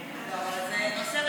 אבל זה נושא רגיש.